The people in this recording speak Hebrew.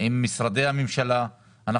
עם משרדי הממשלה,